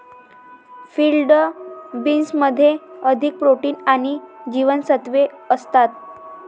field बीन्समध्ये अधिक protein आणि जीवनसत्त्वे असतात